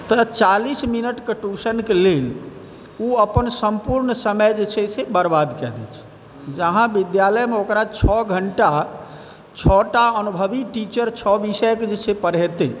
तऽ चालीस मिनटके ट्यूशनके लिए ओ अपन सम्पूर्ण समय जे छै से बर्बाद कऽ दै छै जहाँ विद्यालयमे ओकरा छओ घण्टा छओटा अनुभवी टीचर छओ विषयके जे छै से पढ़ैतै